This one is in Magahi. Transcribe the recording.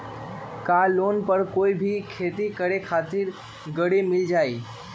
का लोन पर कोई भी खेती करें खातिर गरी मिल जाइ?